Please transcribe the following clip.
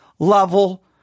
level